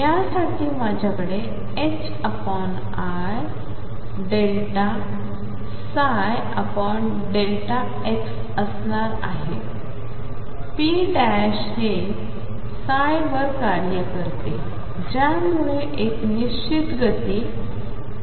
यासाठी माझ्याकडे idψ dx असणार आहे p हे ψ वर कार्य करते ज्यामुळे एक निश्चित गती pψ